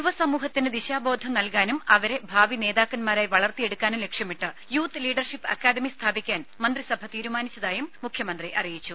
യുവ സമൂഹത്തിന് ദിശാബോധം നൽകാനും അവരെ ഭാവി നേതാക്കൻമാരായി വളർത്തിയെടുക്കാനും ലക്ഷ്യമിട്ട് യൂത്ത് ലീഡർഷിപ്പ് അക്കാദമി സ്ഥാപിക്കാൻ മന്ത്രിസഭ തീരുമാനിച്ചതായും മുഖ്യമന്ത്രി അറിയിച്ചു